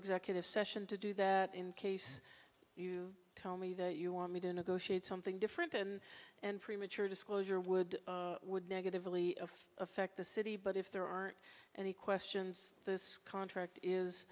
executive session to do that in case you tell me that you want me to negotiate something different and and premature disclosure would would negatively affect the city but if there are any questions this contract is